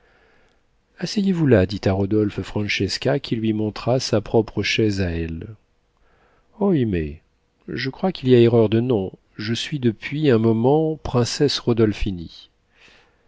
asseyez-vous là dit à rodolphe francesca qui lui montra sa propre chaise à elle oimè je crois qu'il y a erreur de nom je suis depuis un moment princesse rodolphini